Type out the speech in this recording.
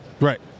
Right